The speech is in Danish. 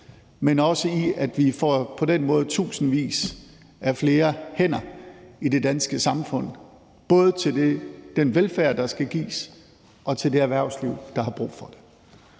men også fordi vi på den måde får tusindvis af flere hænder i det danske samfund, både til den velfærd, der skal gives, og til det erhvervsliv, der har brug for det.